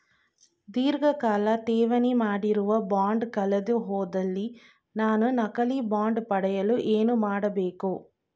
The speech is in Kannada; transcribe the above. ಧೀರ್ಘಕಾಲ ಠೇವಣಿ ಮಾಡಿರುವ ಬಾಂಡ್ ಕಳೆದುಹೋದಲ್ಲಿ ನಾನು ನಕಲಿ ಬಾಂಡ್ ಪಡೆಯಲು ಏನು ಮಾಡಬೇಕು?